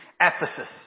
Ephesus